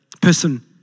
person